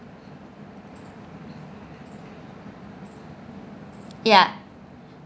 ya